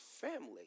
family